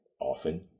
often